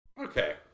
Okay